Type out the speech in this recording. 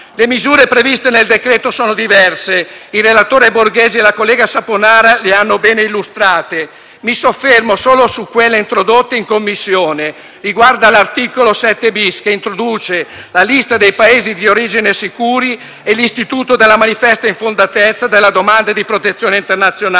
Le misure previste nel decreto sono diverse e il relatore Borghesi e la collega Saponara le hanno ben illustrate. Mi soffermo solo su quelle introdotte in Commissione, riguardo all'articolo 7-*bis*, che introduce la lista dei Paesi di origine sicuri e l'istituto della manifesta infondatezza della domanda di protezione internazionale.